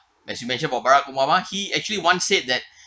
as you mentioned about barack obama he actually once said that